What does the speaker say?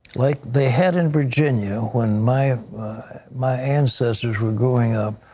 like they had in virginia when my my ancestors were growing up,